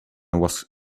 was